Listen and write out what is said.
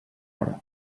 hora